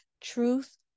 truth